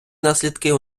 наслідки